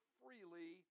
freely